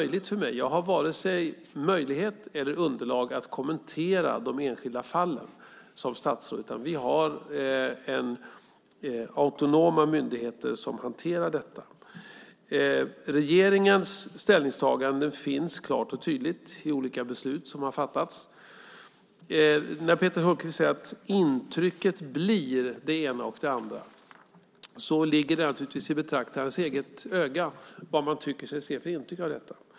Jag har varken möjlighet eller underlag för att kommentera de enskilda fallen som statsråd, utan vi har autonoma myndigheter som hanterar detta. Regeringens ställningstagande finns klart och tydligt i olika beslut som har fattats. Peter Hultqvist säger att intrycket blir det ena och det andra. Det ligger naturligtvis i betraktarens eget öga vad man tycker sig se för intryck av detta.